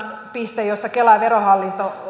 piste jossa kela ja verohallinto